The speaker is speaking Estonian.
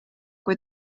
kui